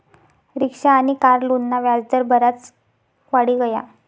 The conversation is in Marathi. रिक्शा आनी कार लोनना व्याज दर बराज वाढी गया